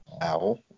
Owl